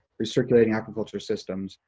recirculating aquaculture systems,